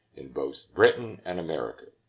in both britain and america.